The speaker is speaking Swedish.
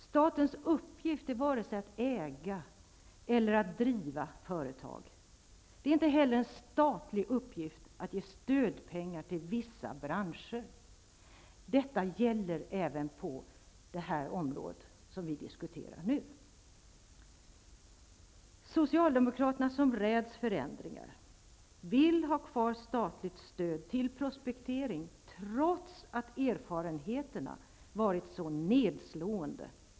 Statens uppgift är varken att äga eller att driva företag. Det är inte heller en statlig uppgift att ge stödpengar till vissa branscher. Detta gäller även på det område vi nu diskuterar. Socialdemokraterna, som räds förändringar, vill ha kvar statligt stöd till prospektering, trots att erfarenheterna varit så nedslående.